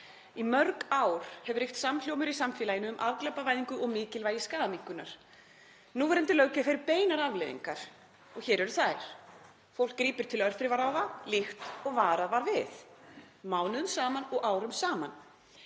Í mörg ár hefur ríkt samhljómur í samfélaginu um afglæpavæðingu og mikilvægi skaðaminnkunar. Núverandi löggjöf hefur beinar afleiðingar og hér eru þær: Fólk grípur til örþrifaráða, líkt og varað var við mánuðum saman og árum saman.